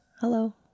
hello